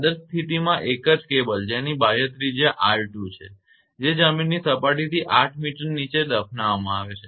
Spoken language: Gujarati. આદર્શ સ્થિતિમાં એક જ કેબલ જેની બાહ્ય ત્રિજ્યા 𝑅2 છે જે જમીનની સપાટીથી 8 મીટર નીચે દફનાવવામાં આવે છે